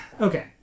Okay